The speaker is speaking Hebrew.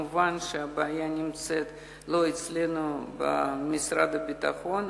כמובן, הבעיה לא נמצאת אצלנו אלא במשרד הביטחון.